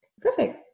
Perfect